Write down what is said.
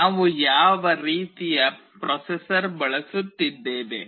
ನಾವು ಯಾವ ರೀತಿಯ ಪ್ರೊಸೆಸರ್ ಬಳಸುತ್ತಿದ್ದೇವೆ